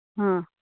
ꯑꯥ